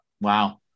Wow